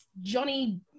Johnny